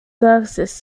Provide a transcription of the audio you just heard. services